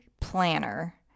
planner